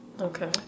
Okay